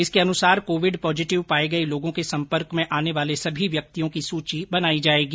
इसके अनुसार Covid positive पाए गए लोगों के संपर्क में आने वाले सभी व्यक्तियों की सूची बनाए जाएगी